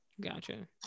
gotcha